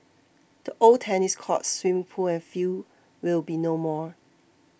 the old tennis courts swimming pool and field will be no more